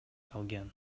калган